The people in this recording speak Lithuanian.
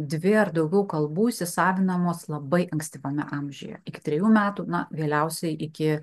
dvi ar daugiau kalbų įsisavinamos labai ankstyvame amžiuje iki trejų metų na vėliausiai iki